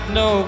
no